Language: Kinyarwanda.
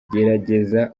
gerageza